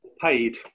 Paid